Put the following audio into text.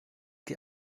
die